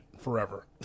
forever